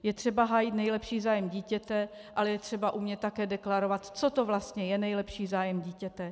Je třeba hájit nejlepší zájem dítěte, ale je třeba umět také deklarovat, co to vlastně je nejlepší zájem dítěte.